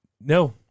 No